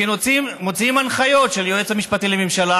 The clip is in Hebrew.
כי מוציאים הנחיות של היועץ המשפטי לממשלה,